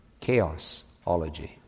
Chaosology